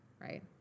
right